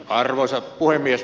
arvoisa puhemies